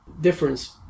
difference